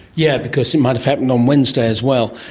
yeah because it might have happened on wednesday as well.